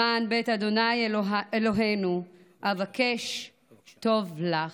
למען בית ה' אלהינו אבקשה טוב לך."